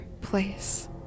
place